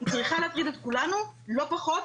צריכה להטריד את כולנו לא פחות,